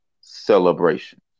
celebration